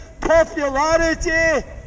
Popularity